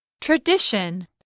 Tradition